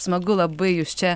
smagu labai jus čia